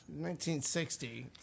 1960